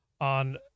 on